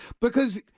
Because-